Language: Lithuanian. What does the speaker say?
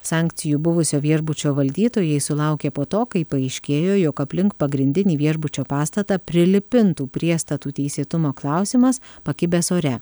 sankcijų buvusio viešbučio valdytojai sulaukė po to kai paaiškėjo jog aplink pagrindinį viešbučio pastatą prilipintų priestatų teisėtumo klausimas pakibęs ore